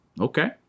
Okay